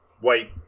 white